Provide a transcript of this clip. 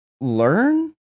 learn